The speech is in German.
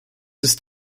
ist